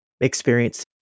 experience